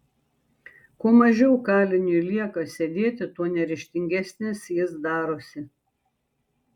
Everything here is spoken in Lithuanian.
kuo mažiau kaliniui lieka sėdėti tuo neryžtingesnis jis darosi